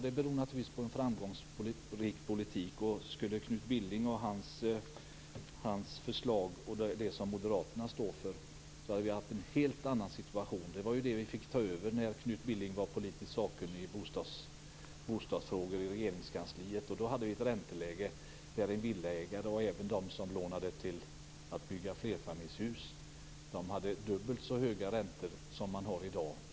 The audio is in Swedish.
Det beror naturligtvis på en framgångsrik politik. Skulle Knut Billings förslag och det som moderaterna står för fått råda hade vi haft en helt annan situation. Det var ju det vi fick ta över när Knut Billing var politiskt sakkunnig i bostadsfrågor i Regeringskansliet. Då hade vi ett ränteläge där en villaägare, och även de som lånade till att bygga flerfamiljshus, hade dubbelt så höga räntor som de har i dag.